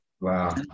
wow